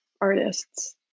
artists